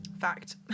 Fact